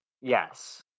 Yes